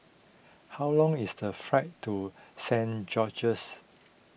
how long is the flight to Saint George's